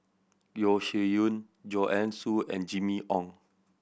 Yeo Shih Yun Joanne Soo and Jimmy Ong